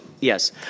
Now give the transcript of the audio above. Yes